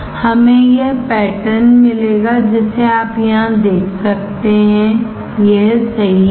हमें यह पैटर्न मिलेगा जिसे आप यहां देख सकते हैं यह सही है